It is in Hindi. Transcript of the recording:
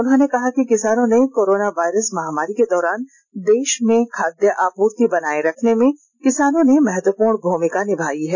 उन्होंने कहा कि किसानों ने कोरोना वायरस महामारी के दौरान देश में खाद्य आपूर्ति बनाये रखने में किसानों ने महत्वपूर्ण भूमिका निभाई है